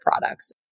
products